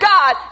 God